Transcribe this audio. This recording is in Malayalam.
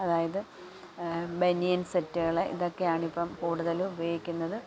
അതായത് ബനിയൻ സെറ്റുകള് ഇതൊക്കെയാണ് ഇപ്പം കൂടുതല് ഉപയോഗിക്കുന്നത്